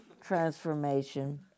transformation